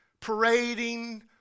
parading